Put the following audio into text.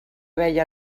veia